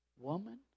woman